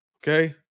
Okay